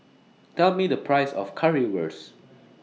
Tell Me The Price of Currywurst